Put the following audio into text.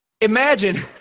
Imagine